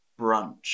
brunch